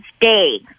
day